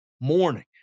morning